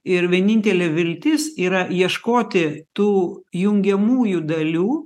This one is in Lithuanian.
ir vienintelė viltis yra ieškoti tų jungiamųjų dalių